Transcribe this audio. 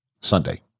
Sunday